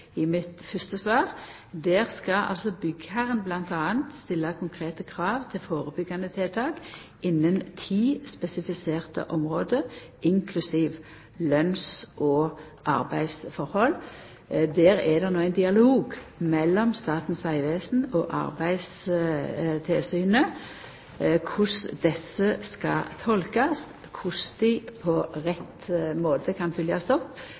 i mitt fyrste svar, skal byggherren stilla konkrete krav til førebyggjande tiltak innan ti spesifiserte område, inklusiv lønns- og arbeidstilhøve. Det er no ein dialog mellom Statens vegvesen og Arbeidstilsynet om korleis desse skal tolkast, korleis dei på rett måte kan følgjast opp.